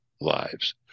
lives